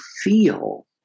feel